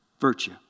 virtue